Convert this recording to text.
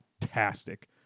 fantastic